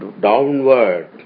downward